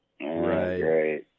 Right